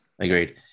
Agreed